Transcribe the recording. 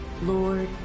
Lord